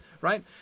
right